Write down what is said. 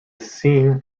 scene